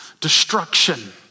destruction